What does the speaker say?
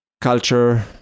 culture